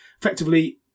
effectively